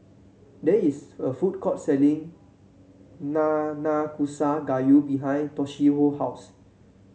there is a food court selling Nanakusa Gayu behind Toshio house